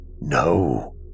No